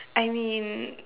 I mean